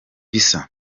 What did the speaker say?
bisa